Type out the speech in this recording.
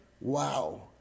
Wow